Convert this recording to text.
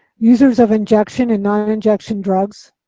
users of injection and non-injection drugs,